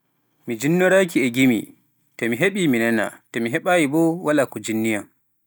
Mi jinnoraaki e gimi, to mi heɓii mi nana, to mi heɓaayi boo, walaa ko jinni yam.